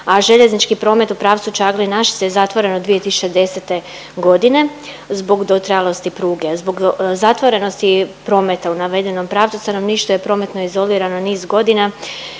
a željeznički promet u pravcu Čaglin-Našice je zatvoren od 2010. g. zbog dotrajalosti pruge. Zbog zatvorenosti prometa u navedenom pravcu, stanovništvo je prometno izolirano niz godina,